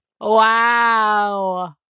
Wow